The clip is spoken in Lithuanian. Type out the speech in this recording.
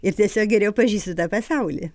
ir tiesiog geriau pažįsti tą pasaulį